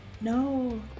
No